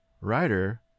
writer